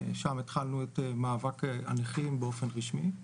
אז התחלנו את מאבק הנכים באופן רשמי.